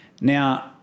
Now